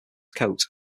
cote